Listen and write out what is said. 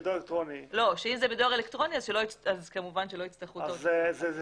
- כמובן שלא יצטרכו חמישה עותקים.